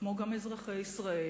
כמו גם אזרחי ישראל,